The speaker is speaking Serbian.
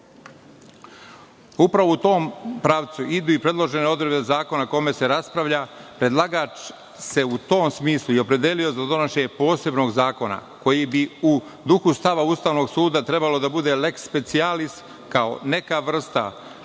tom pravcu idu predložene odredbe zakona o kome se raspravlja. Predlagač se u tom smislu i opredelio za donošenje posebnog zakona koji bi u duhu stava Ustavnog suda trebalo da bude „lex specialis“ kao neka vrsta nužnog